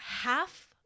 half